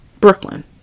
Brooklyn